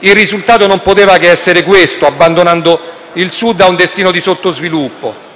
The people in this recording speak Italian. Il risultato non poteva che essere questo, abbandonando il Sud a un destino di sottosviluppo.